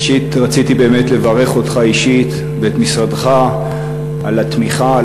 ראשית רציתי באמת לברך אותך אישית ואת משרדך על התמיכה,